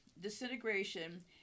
disintegration